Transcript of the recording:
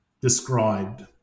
described